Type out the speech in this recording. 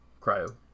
cryo